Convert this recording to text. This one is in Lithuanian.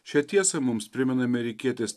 šią tiesą mums primena amerikietis